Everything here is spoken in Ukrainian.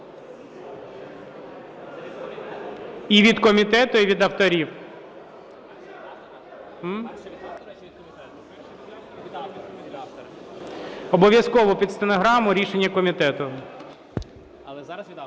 і від комітету, і від авторів. Обов'язково під стенограму рішення комітету. Дайте чотири